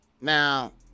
now